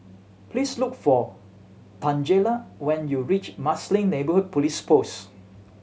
please look for Tangela when you reach Marsiling Neighbour Police Post